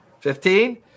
Fifteen